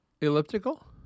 Elliptical